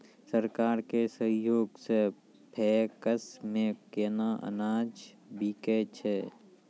सरकार के सहयोग सऽ पैक्स मे केना अनाज बिकै छै?